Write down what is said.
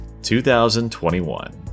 2021